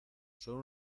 son